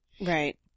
Right